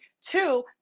Two